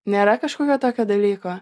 nėra kažkokio tokio dalyko